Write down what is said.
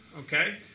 Okay